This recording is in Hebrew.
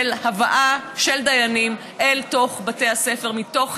של הבאה של דיינים אל תוך בתי הספר מתוך